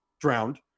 drowned